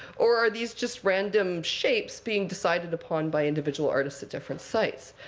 or are these just random shapes being decided upon by individual artists at different sites?